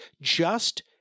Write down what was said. just-